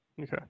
okay